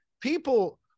people